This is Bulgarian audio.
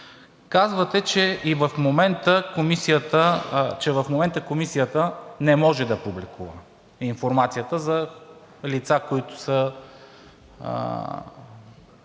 Казвате, че в момента Комисията не може да публикува информацията за лица, които са